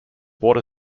water